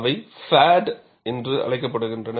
அவை FAD என்று அழைக்கப்படுகின்றன